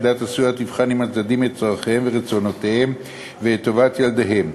יחידת הסיוע תבחן עם הצדדים את צורכיהם ורצונותיהם ואת טובת ילדיהם,